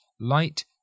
light